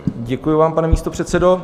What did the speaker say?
Děkuji vám, pane místopředsedo.